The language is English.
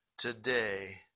Today